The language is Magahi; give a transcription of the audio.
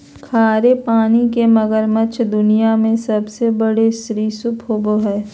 खारे पानी के मगरमच्छ दुनिया में सबसे बड़े सरीसृप होबो हइ